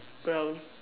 brown